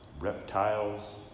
reptiles